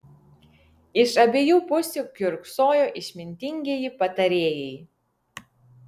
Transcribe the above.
iš abiejų pusių kiurksojo išmintingieji patarėjai